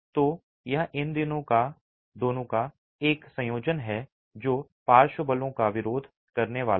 तो यह इन दोनों का एक संयोजन है जो पार्श्व बलों का विरोध करने वाला है